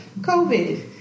COVID